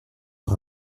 par